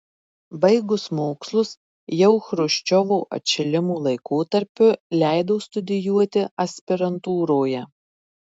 baigus mokslus jau chruščiovo atšilimo laikotarpiu leido studijuoti aspirantūroje